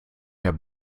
herr